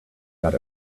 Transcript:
got